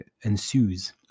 ensues